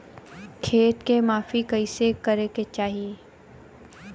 खेत के माफ़ी कईसे करें के चाही?